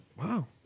Wow